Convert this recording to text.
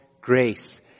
grace